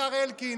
השר אלקין,